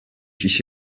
kişi